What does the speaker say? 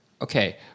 Okay